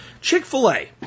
Chick-fil-A